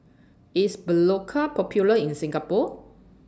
IS Berocca Popular in Singapore